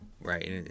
right